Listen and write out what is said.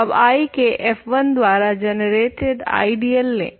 अब I के f1 द्वारा जनरेटेड आइडियल लें